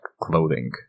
clothing